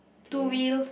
two wheels